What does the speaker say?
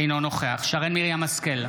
אינו נוכח שרן מרים השכל,